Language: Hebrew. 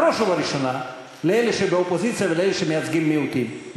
בראש ובראשונה לאלה שבאופוזיציה ולאלה שמייצגים מיעוטים.